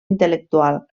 intel·lectual